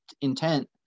intent